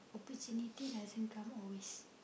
opportunity doesn't come always